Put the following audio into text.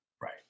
Right